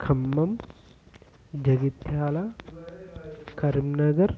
Khammam Jagtial Karimnagar